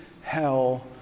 hell